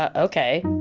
ah ok.